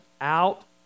out